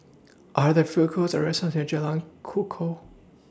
Are There Food Courts Or restaurants near Jalan Kukoh